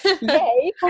Yay